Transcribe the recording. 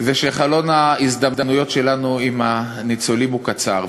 זה שחלון ההזדמנויות שלנו עם הניצולים, הוא קצר.